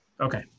Okay